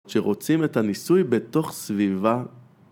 שרוצים את הניסוי בתוך סביבה.